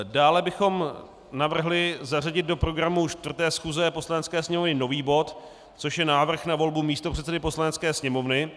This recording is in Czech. Dále bychom navrhli zařadit do programu 4. schůze Poslanecké sněmovny nový bod, což je Návrh na volbu místopředsedy Poslanecké sněmovny.